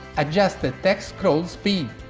adjust the text scroll speed.